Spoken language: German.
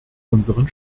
unseren